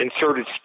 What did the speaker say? inserted